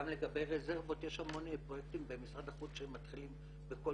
לגבי רזרבות שיש המון פרויקטים במשרד החוץ שהם מתחילים בקול